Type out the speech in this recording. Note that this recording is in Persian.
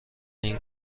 این